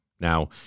Now